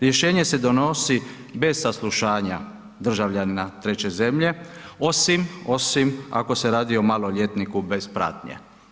Rješenje se donosi bez saslušanja državljanina treće zemlje osim ako se radi o maloljetniku bez pratnje.